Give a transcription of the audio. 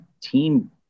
team